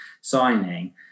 signing